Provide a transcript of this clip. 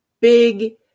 big